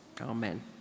Amen